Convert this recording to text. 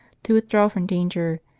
to withdraw from danger,